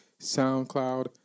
SoundCloud